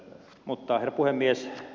herra puhemies